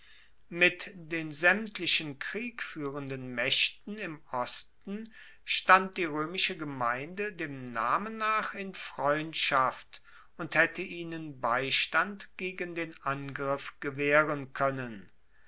mit den saemtlichen kriegfuehrenden maechten im osten stand die roemische gemeinde dem namen nach in freundschaft und haette ihnen beistand gegen den angriff gewaehren koennen